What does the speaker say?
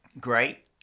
Great